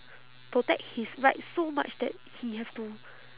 protect his right so much that he have to